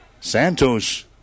Santos